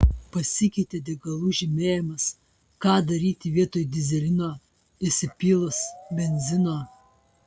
pasikeitė degalų žymėjimas ką daryti vietoj dyzelino įsipylus benzino